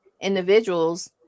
individuals